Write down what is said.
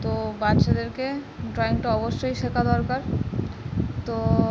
তো বাচ্চাদেরকে ড্রয়িংটা অবশ্যই শেখা দরকার তো